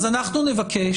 אז אנחנו נבקש,